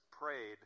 prayed